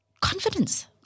confidence